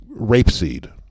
rapeseed